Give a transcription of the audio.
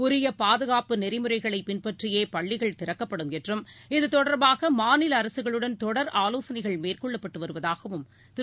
உரியபாதுகாப்பு நெறிமுறைகளைபின்பற்றியேபள்ளிகள் திறக்கப்படும் என்றும் இத்தொடர்பாகமாநிலஅரசுகளுடன் தொடர் ஆலோசனைகள் மேற்கொள்ளப்பட்டுவருவதாகவும் திரு